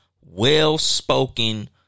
well-spoken